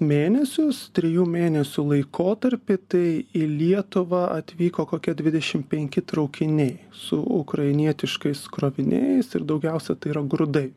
mėnesius trijų mėnesių laikotarpį tai į lietuvą atvyko kokia dvidešim penki traukiniai su ukrainietiškais kroviniais ir daugiausiai tai yra grūdai